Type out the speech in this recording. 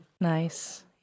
nice